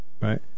right